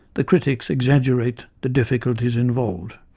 the critics exaggerate the difficulties involved.